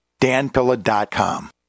danpilla.com